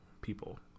people